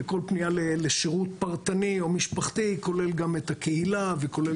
וכל פנייה לשירות פרטי או משפחתי כולל גם את הקהילה וכולל